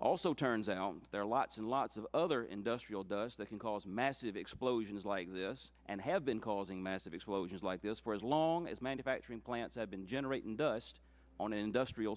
also turns out there are lots and lots of other industrial does that can cause massive explosions like this and have been causing massive explosions like this for as long as manufacturing plants have been generating dust on an industrial